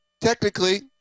technically